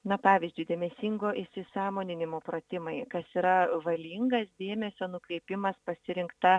na pavyzdžiui dėmesingo įsisąmoninimo pratimai kas yra valingas dėmesio nukreipimas pasirinkta